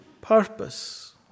purpose